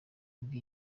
yabwiye